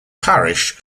parish